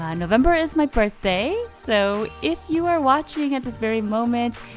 ah november is my birthday, so if you are watching at this very moment,